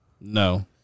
No